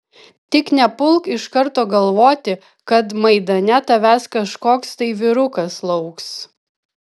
tik nepulk iš karto galvoti kad maidane tavęs kažkoks tai vyrukas lauks